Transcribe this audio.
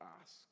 ask